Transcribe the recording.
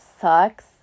sucks